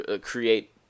create